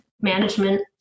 management